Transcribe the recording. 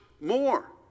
more